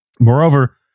moreover